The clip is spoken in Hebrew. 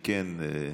אם כן,